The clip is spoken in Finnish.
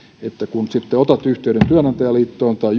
että kun ottaa yhteyden työnantajaliittoon tai